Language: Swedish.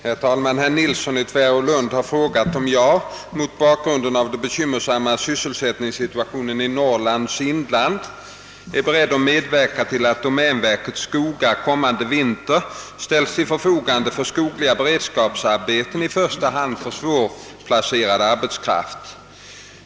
Herr talman! Herr Nilsson i Tvärålund har frågat om jag — mot bakgrunden av den bekymmersamma sysselsättningssituationen i Norrlands inland — är beredd medverka till att domänverkets skogar kommande vinter ställs till förfogande för skogliga beredskapsarbeten, i första hand för svårplacerad arbetskraft.